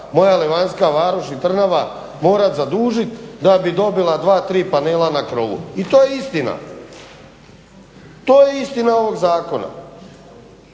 moja … Varoš i Trnava morati zadužiti da bi dobila 2,3 panela na krovu. I to je istina. To je istina ovog zakona.